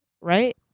right